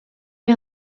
est